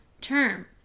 term